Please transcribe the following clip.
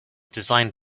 designed